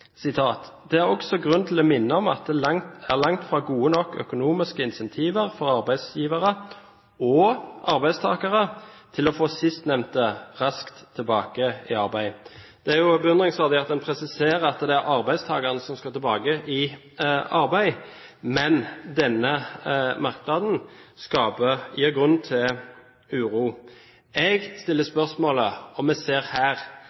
er også grunn til å minne om at det langt fra er gode nok økonomiske incentiver for arbeidsgivere og arbeidstakere til å få sistnevnte raskt tilbake i arbeid.» Det er jo beundringsverdig at man presiserer at det er arbeidstakerne som skal tilbake i arbeid, men denne merknaden gir grunn til uro. Jeg stiller spørsmålet om vi her ser